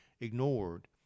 ignored